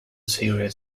series